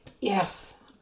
Yes